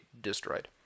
destroyed